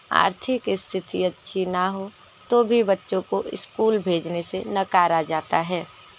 आर्थिक स्थित अच्छी ना हो तो भी बच्चों को स्कूल भेजने से नकारा जाता है